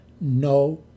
no